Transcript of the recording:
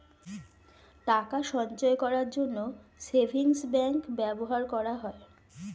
টাকা সঞ্চয় করার জন্য সেভিংস ব্যাংক ব্যবহার করা হয়